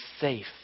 safe